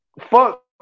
fuck